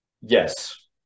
yes